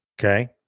Okay